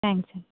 thanks అండి